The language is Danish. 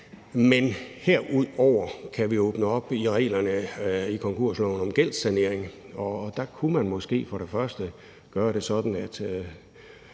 vi herudover kan åbne op i reglerne i konkursloven om gældssanering. Og der kunne man måske i første omgang gøre det sådan, at